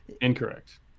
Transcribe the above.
Incorrect